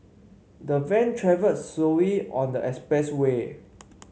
the van travelled slowly on the expressway